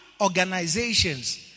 organizations